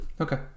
Okay